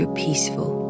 peaceful